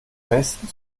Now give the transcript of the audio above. besten